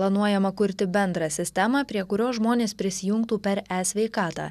planuojama kurti bendrą sistemą prie kurios žmonės prisijungtų per e sveikatą